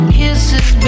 kisses